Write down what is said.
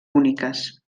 úniques